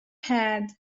had